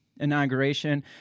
inauguration